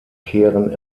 kehren